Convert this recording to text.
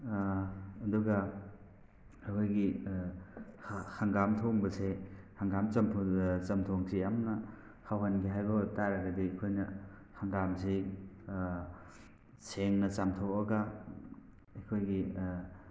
ꯑꯗꯨꯒ ꯑꯩꯈꯣꯏꯒꯤ ꯍꯪꯒꯥꯝ ꯊꯣꯡꯕꯁꯦ ꯍꯪꯒꯥꯝ ꯆꯝꯊꯣꯡꯁꯦ ꯌꯥꯝꯅ ꯍꯥꯎꯍꯟꯒꯦ ꯍꯥꯏꯕ ꯑꯣꯏꯕ ꯇꯥꯔꯒꯗꯤ ꯑꯩꯈꯣꯏꯅ ꯍꯪꯒꯥꯝꯁꯤ ꯁꯦꯡꯅ ꯆꯥꯝꯊꯣꯛꯑꯒ ꯑꯩꯈꯣꯏꯒꯤ